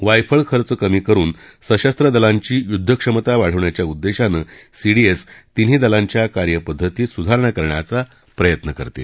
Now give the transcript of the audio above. वायफळ खर्च कमी करुन सशस्त्र दलांची युद्धक्षमता वाढवण्याच्या उद्देशानं सीडीएस तिन्ही दलांच्या कार्यपद्धतीत सुधारणा करण्याचा प्रयत्न करतील